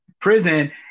prison